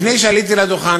לפני שעליתי לדוכן,